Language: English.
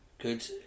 Good